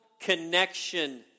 connection